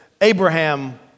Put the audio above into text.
Abraham